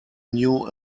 new